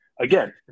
Again